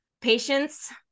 patience